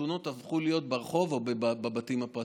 החתונות הפכו להיות ברחוב או בבתים הפרטיים.